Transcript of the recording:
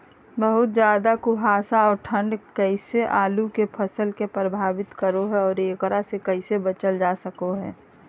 बहुत ज्यादा कुहासा और ठंड कैसे आलु के फसल के प्रभावित करो है और एकरा से कैसे बचल जा सको है?